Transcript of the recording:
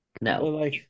No